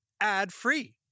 ad-free